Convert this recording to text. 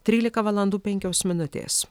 trylika valandų penkios minutės